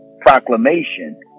proclamation